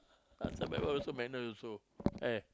last time also manner also eh